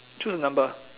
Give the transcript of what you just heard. choose a number